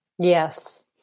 Yes